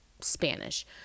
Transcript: Spanish